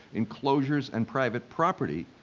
enclosures and private property,